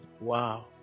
Wow